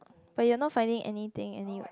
but you're not finding anything any~